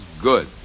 good